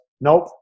nope